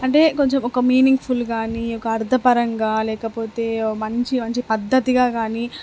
అంటే కొంచెం ఒక మీనింగ్ఫుల్ కానీ ఒక అర్దపరంగా లేకపోతే ఓ మంచి మంచి పద్ధతిగా కానీ